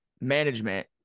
management